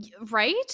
Right